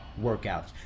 workouts